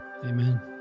Amen